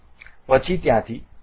પછી ત્યાંથી આમાં જોડાઓ